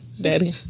Daddy